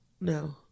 no